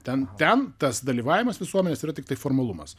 ten ten tas dalyvavimas visuomenės yra tiktai formalumas